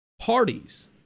parties